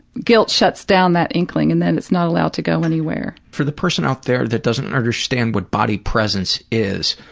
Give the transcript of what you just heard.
guilt shuts down that inkling and then it's not allowed to go anywhere. for the person out there that doesn't understanding what body presence is,